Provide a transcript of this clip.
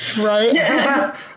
Right